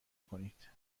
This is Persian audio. کنید